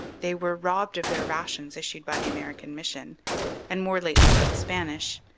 they were robbed of their rations issued by the american mission and more lately by the spanish.